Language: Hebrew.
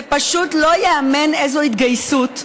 זה פשוט לא ייאמן איזו התגייסות,